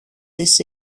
της